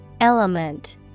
Element